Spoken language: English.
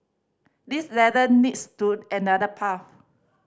this ladder needs to another path